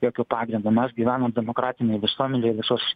jokio pagrindo mes gyvenam demokratinėj visuomenėj visus